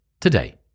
today